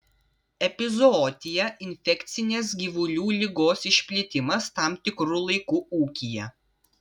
epizootija infekcinės gyvulių ligos išplitimas tam tikru laiku ūkyje